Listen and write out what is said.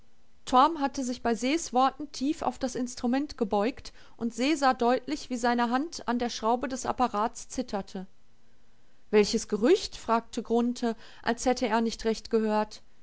torm hatte sich bei ses worten tief auf das instrument gebeugt und se sah deutlich wie seine hand an der schraube des apparats zitterte welches gerücht fragte grunthe als hätte er nicht recht gehört